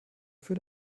für